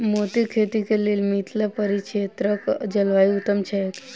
मोतीक खेती केँ लेल मिथिला परिक्षेत्रक जलवायु उत्तम छै?